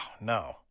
no